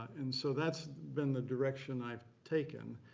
and so that's been the direction i've taken.